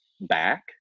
back